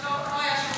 לא היה שם,